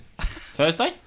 Thursday